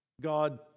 God